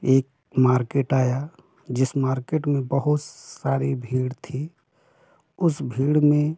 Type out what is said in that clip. एक मार्केट आया जिस मार्केट में बहुत सारी भीड़ थी उस भीड़ में